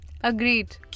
Agreed